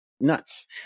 nuts